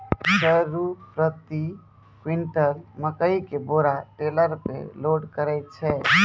छह रु प्रति क्विंटल मकई के बोरा टेलर पे लोड करे छैय?